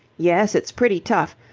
yes, it's pretty tough.